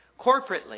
corporately